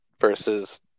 versus